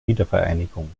wiedervereinigung